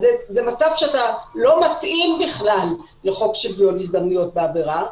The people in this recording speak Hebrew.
זה מצב שלא מתאים בכלל לחוק שוויון הזדמנויות בעבודה.